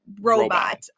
robot